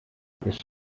it’s